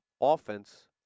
offense